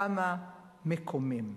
כמה מקומם.